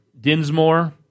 Dinsmore